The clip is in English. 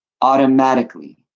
automatically